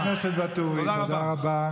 חבר הכנסת ואטורי, תודה רבה.